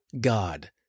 God